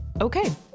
Okay